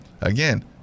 Again